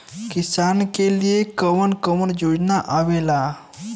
किसान के लिए कवन कवन सरकारी योजना आवेला?